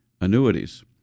annuities